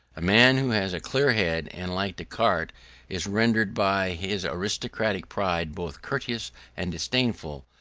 a man who has a clear head, and like descartes is rendered by his aristocratic pride both courteous and disdainful,